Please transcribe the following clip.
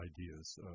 ideas